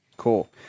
cool